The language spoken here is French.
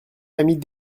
famille